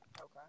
Okay